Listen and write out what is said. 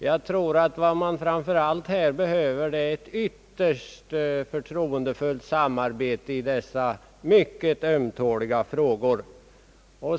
Jag anser, att vad som framför allt behövs är ett ytterst förtroendefullt samarbete i dessa mycket ömtåliga frågor.